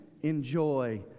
enjoy